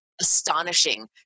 astonishing